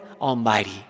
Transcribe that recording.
Almighty